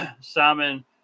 Simon